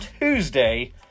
Tuesday